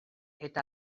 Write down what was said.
eta